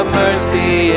mercy